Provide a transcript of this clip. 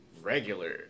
regular